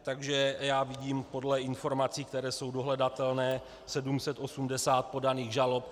Takže vidím podle informací, které jsou dohledatelné, 780 podaných žalob.